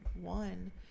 one